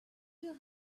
will